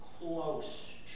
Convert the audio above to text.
Close